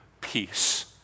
peace